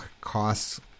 costs